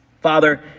Father